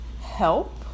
help